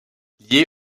liés